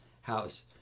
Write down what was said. house